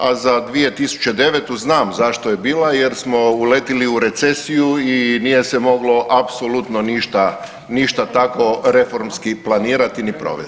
A za 2009. znam zašto je bila, jer smo uletili u recesiju i nije se moglo apsolutno ništa tako reformski planirati ni provesti.